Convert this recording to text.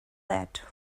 that